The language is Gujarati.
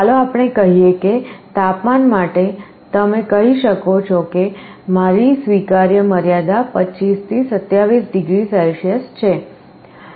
ચાલો આપણે કહીએ કે તાપમાન માટે તમે કહી શકો છો કે મારી સ્વીકાર્ય મર્યાદા 25 થી 27 ડિગ્રી સેલ્સિયસ છે